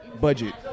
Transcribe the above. budget